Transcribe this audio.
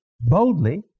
boldly